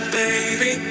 baby